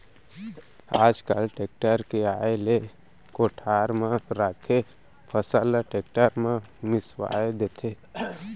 आज काल टेक्टर के आए ले कोठार म राखे फसल ल टेक्टर म मिंसवा देथे